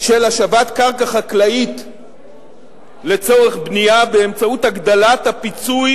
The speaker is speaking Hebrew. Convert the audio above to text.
של השבת קרקע חקלאית לצורך בנייה באמצעות הגדלת הפיצוי